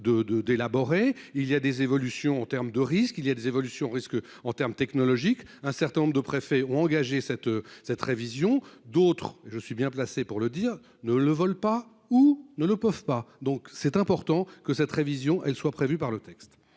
Il y a des évolutions en terme de risques, il y a des évolutions risque en terme technologique, un certain nombre de préfets ont engagé cette cette révision d'autres je suis bien placé pour le dire, ne le veulent pas ou ne le peuvent pas, donc c'est important que cette révision, elle soit prévue par le texte